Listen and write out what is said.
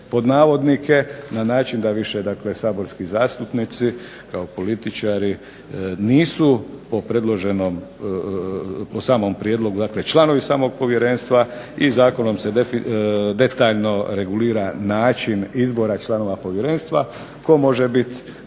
pod navodnike na način da više dakle saborski zastupnici kao političari nisu po predloženom, po samom prijedlogu dakle članovi samog povjerenstva i zakonom se detaljno regulira način izbora članova povjerenstva tko može biti,